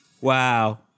Wow